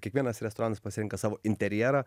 kiekvienas restoranas pasirenka savo interjerą